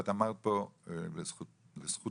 לזכות